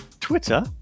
Twitter